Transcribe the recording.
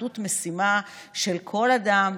אחדות משימה של כל אדם,